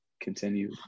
continue